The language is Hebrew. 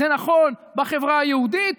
זה נכון בחברה היהודית,